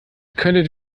könntet